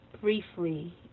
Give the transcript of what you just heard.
briefly